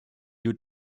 you